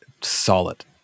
solid